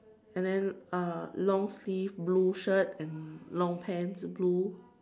and then uh long sleeve blue shirt and long pants blue